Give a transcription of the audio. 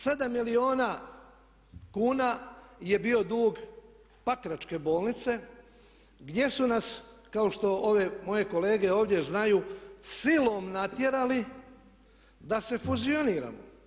7 milijuna kuna je bio dug Pakračke bolnice gdje su nas kao što ove moje kolege ovdje znaju silom natjerali da se fuzioniramo.